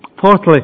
Fourthly